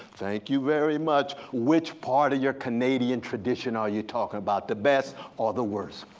thank you very much. which part of your canadian tradition are you talking about, the best or the worst.